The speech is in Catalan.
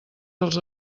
dels